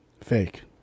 Fake